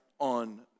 on